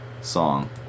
song